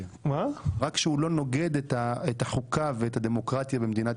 רק שהוא לא נוגד את החוקה ואת הדמוקרטיה במדינת ישראל,